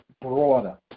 broader